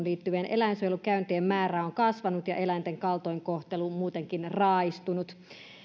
liittyvien eläinsuojelukäyntien määrä on kasvanut ja eläinten kaltoinkohtelu on muutenkin raaistunut